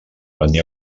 venir